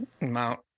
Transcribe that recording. Mount